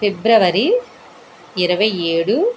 ఫిబ్రవరి ఇరవై ఏడు